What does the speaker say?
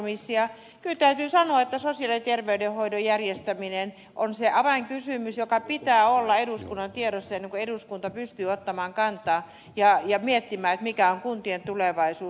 kyllä täytyy sanoa että sosiaali ja terveydenhoidon järjestäminen on se avainkysymys jonka pitää olla eduskunnan tiedossa ennen kuin eduskunta pystyy ottamaan kantaa ja miettimään mikä on kuntien tulevaisuus